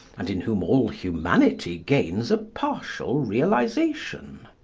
and in whom all humanity gains a partial realisation.